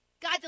God